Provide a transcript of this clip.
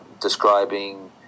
describing